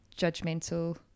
judgmental